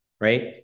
right